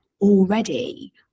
already